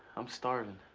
i'm starving.